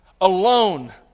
alone